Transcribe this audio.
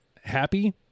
happy